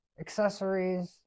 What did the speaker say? accessories